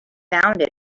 found